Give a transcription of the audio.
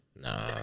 Nah